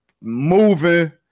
moving